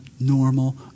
normal